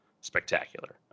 spectacular